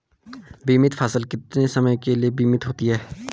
बीमित फसल कितने समय के लिए बीमित होती है?